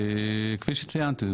כפי שציינתי,